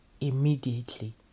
immediately